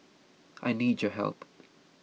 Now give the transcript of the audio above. I need your help